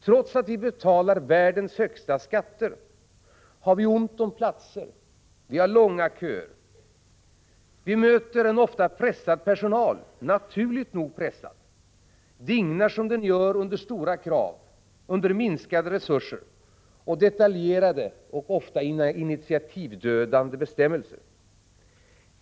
Trots att vi betalar världens högsta skatter har vi ont om platser. Vi har långa köer, och vi möter ofta en pressad personal. Den är naturligt nog pressad, eftersom den dignar under stora krav, minskade resurser samt detaljerade och ofta initiativdödande bestämmelser.